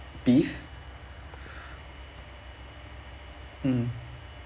beef mm